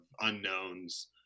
unknowns